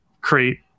create